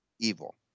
evil